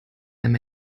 allem